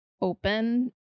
open